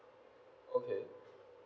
okay